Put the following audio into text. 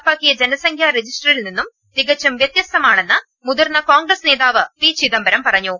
നടപ്പാക്കിയ ജനസംഖ്യാ രജിസ്റ്ററിൽ നിന്ന് തികച്ചും വൃത്യസ്തമാണെന്ന് മുതിർന്ന കോൺഗ്രസ് നേതാവ് പി ചിദംബരം പറഞ്ഞു